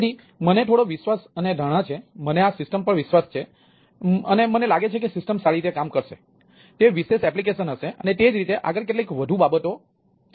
તેથી મને થોડો વિશ્વાસ અને ધારણા છે મને આ સિસ્ટમ પર વિશ્વાસ છે કે મને લાગે છે કે સિસ્ટમ સારી રીતે કામ કરશે કે તે વિશેષ એપ્લિકેશન હશે અને તે જ રીતે આગળ કેટલીક વધુ બાબતો છે